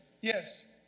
Yes